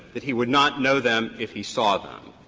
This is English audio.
that he would not know them if he saw them.